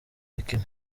bikini